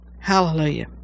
Hallelujah